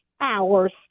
hours